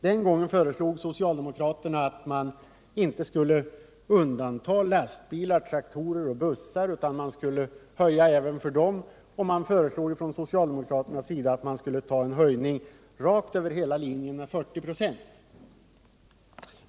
Den gången föreslog socialdemokraterna att man inte skulle undanta lastbilar, traktorer och bussar utan höja fordonsskatten även för dem. Deras förslag innebar en höjning över hela linjen med 40 96.